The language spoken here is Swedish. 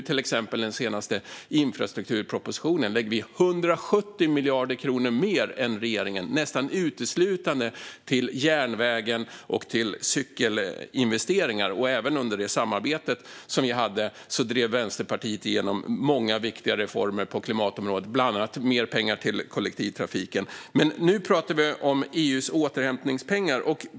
Till den senaste infrastrukturpropositionen lägger vi 170 miljarder kronor mer än regeringen, nästan uteslutande till järnvägen och cykelinvesteringar. Även under vårt samarbete drev Vänsterpartiet igenom många viktiga reformer på klimatområdet, bland annat mer pengar till kollektivtrafiken. Men nu pratar vi om EU:s återhämtningspengar.